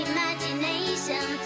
Imagination